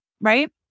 Right